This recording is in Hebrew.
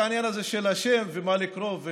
את העניין הזה של השם ומה לקרוא.